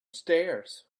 stairs